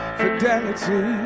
fidelity